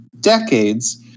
decades